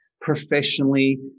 professionally